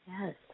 Yes